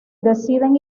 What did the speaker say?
deciden